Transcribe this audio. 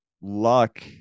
luck